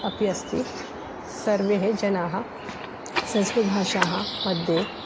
अपि अस्ति सर्वे जनाः संस्कृतभाषा मध्ये